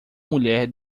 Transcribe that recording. mulher